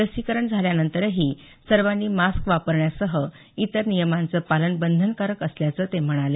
लसीकरण झाल्यानंतरही सर्वांनी मास्क वापरण्यासह इतर नियमांचं पालन बंधनकारक असल्याचं ते म्हणाले